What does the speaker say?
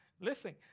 Listen